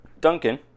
Duncan